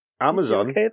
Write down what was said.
Amazon